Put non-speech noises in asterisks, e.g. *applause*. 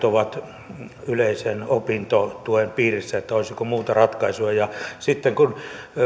*unintelligible* ovat yleisen opintotuen piirissä vai olisiko muuta ratkaisua ja sitten kun